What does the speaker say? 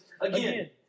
again